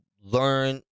learn